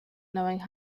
knowing